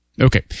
Okay